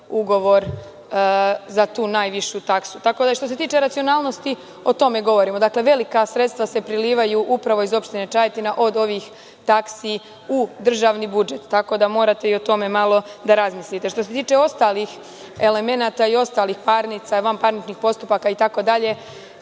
ugovor za tu najvišu taksu. Što se tiče racionalnosti, o tome govorimo. Dakle, velika sredstva se prelivaju upravo iz opštine Čajetina od ovih taksi u državni budžet. Tako da morate i o tome malo da razmislite. Što se tiče ostalih elemenata i ostalih parnica, vanparničnih postupaka itd,